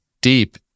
deep